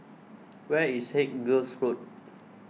where is Haig Girls' School